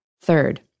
Third